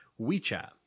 WeChat